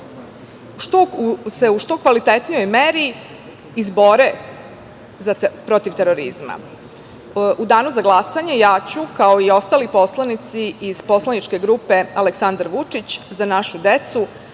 da se u što kvalitetnijoj meri izbore protiv terorizma.U danu za glasanje ja ću, kao i ostali poslanici iz poslaničke grupe Aleksandar Vučić – Za našu decu,